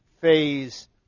phase